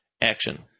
Action